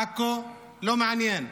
עכו, לא מעניין.